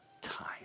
time